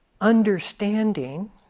understanding